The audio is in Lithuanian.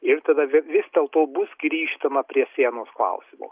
ir tada vi vis dėlto bus grįžtama prie sienos klausimo